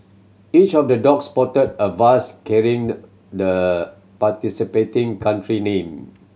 each of the dog sported a vest carrying the participating country name